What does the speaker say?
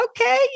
okay